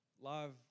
love